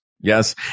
Yes